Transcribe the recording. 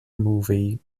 movie